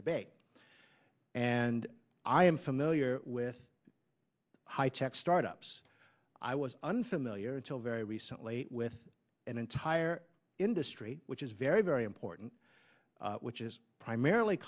debate and i am familiar with high tech startups i was unfamiliar until very recently with an entire industry which is very very important which is primarily